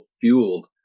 fueled